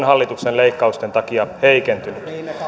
hallituksen leikkausten takia heikentynyt